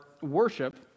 worship